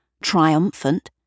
triumphant